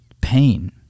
pain